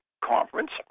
Conference